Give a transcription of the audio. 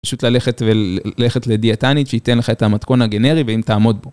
פשוט ללכת לדיאטנית שהיא תן לך את המתכון הגנרי ואם תעמוד בו.